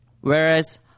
whereas